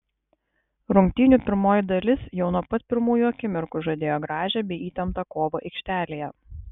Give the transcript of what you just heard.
rungtynių pirmoji dalis jau nuo pat pirmųjų akimirkų žadėjo gražią bei įtemptą kovą aikštelėje